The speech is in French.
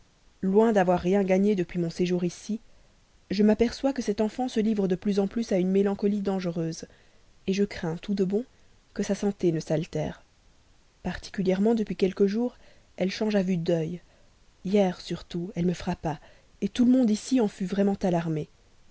loin d'avoir rien gagné depuis mon séjour ici je m'aperçois que cette enfant se livre de plus en plus à une mélancolie dangereuse je crains tout de bon que sa santé ne s'altère particulièrement depuis quelques jours elle change à vue d'œil hier surtout elle me frappa tout le monde ici en fut vraiment alarmé